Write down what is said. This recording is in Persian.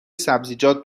سبزیجات